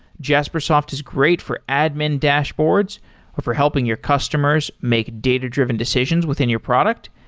jaspersoft is great for admin dashboards or for helping your customers make data-driven decisions within your product,